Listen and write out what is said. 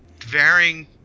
varying